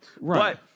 Right